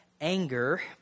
anger